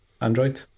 Android